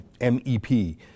MEP